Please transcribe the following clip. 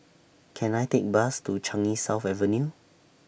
Can I Take A Bus to Changi South Avenue